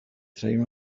train